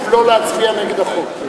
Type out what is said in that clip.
אבל גם בשלב זה חשוב לא להצביע נגד החוק.